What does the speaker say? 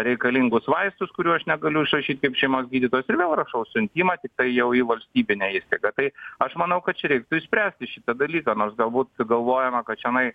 reikalingus vaistus kurių aš negaliu išrašyt kaip šeimos gydytojas ir vėl rašau siuntimą tiktai jau į valstybinę įstaigą tai aš manau kad čia reiktų išspręsti šitą dalyką nors galbūt galvojama kad čionai